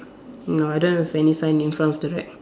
no I don't have any sign in front of the rack